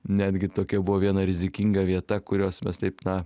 netgi tokia buvo viena rizikinga vieta kurios mes taip na